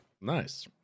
Nice